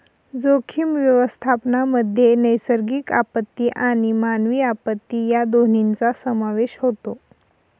जोखीम व्यवस्थापनामध्ये नैसर्गिक आपत्ती आणि मानवी आपत्ती या दोन्हींचा समावेश होतो